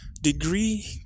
degree